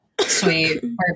Sweet